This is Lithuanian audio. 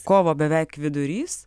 kovo beveik vidurys